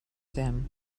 them